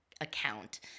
account